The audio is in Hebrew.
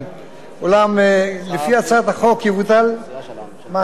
אולם לפי הצעת החוק יבוטל מענק השחרור,